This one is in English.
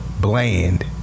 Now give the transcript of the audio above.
bland